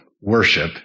worship